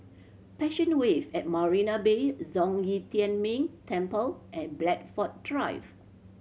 Passion Wave at Marina Bay Zhong Yi Tian Ming Temple and Blandford Drive